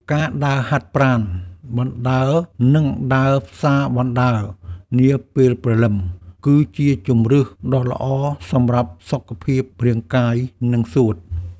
ការដើរហាត់ប្រាណបណ្ដើរ និងដើរផ្សារបណ្ដើរនាពេលព្រលឹម គឺជាជម្រើសដ៏ល្អសម្រាប់សុខភាពរាងកាយនិងសួត។